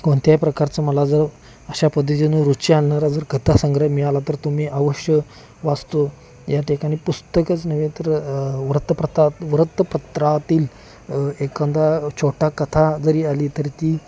कोणत्याही प्रकारचं मला जर अशा पद्धतीनं रुची आणणारा जर कथा संग्रह मिळाला तर तो मी अवश्य वाचतो याठिकाणी पुस्तकच नव्हे तर वृत्तपत्रा वृत्तपत्रातील एखादा छोटा कथा जरी आली तरी ती